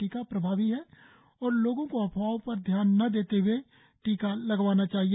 टीका प्रभावी है और लोगों को अफवाहों पर ध्यान न देते हुए टीका लगवाना चाहिए